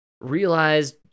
realized